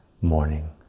morning